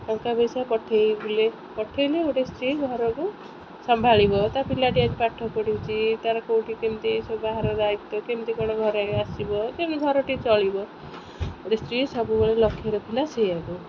ଟଙ୍କା ପଇସା ପଠାଇ ବୁଲେ ପଠାଇଲେ ଗୋଟେ ସ୍ତ୍ରୀ ଘରକୁ ସମ୍ଭାଳିବ ତା ପିଲାଟି ଆଜି ପାଠ ପଢ଼ୁଛି ତା'ର କେଉଁଠି କେମିତି ସବୁ ବାହାର ଦାୟିତ୍ଵ କେମିତି କ'ଣ ଘରେ ଆସିବ ଯେମିତି ଘରଟି ଚଳିବ ଗୋଟେ ସ୍ତ୍ରୀ ସବୁବେଳେ ଲକ୍ଷ ରଖିଲା ସେଆକୁ